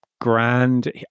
grand